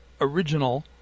original